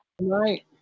right